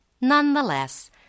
Nonetheless